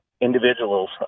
individuals